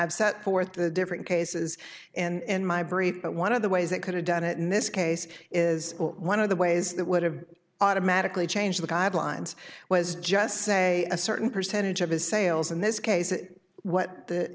i've set forth a different cases and my brief but one of the ways they could have done it in this case is one of the ways that would have automatically changed the guidelines was just say a certain percentage of his sales in this case is what the